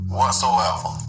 whatsoever